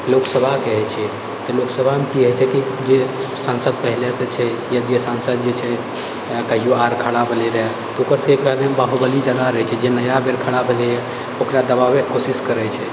लोकसभाके होइत छै तऽ लोकसभामे की होइत छै कि जे संसदके पहिलेसँ छै या जे सांसद जे छै कहियो आर खड़ा भेलै रहए तऽ ओकर सबके जे बाहुबली जेना रहए छै जे नया बेर खड़ा भेलै ओकरा दबावैके कोशिश करैत छै